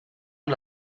amb